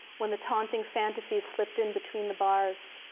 when the taunting fantasy slipped in between the bars.